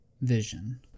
Vision